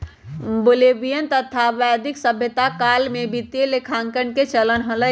Babylonian तथा वैदिक सभ्यता काल में वित्तीय लेखांकन के चलन हलय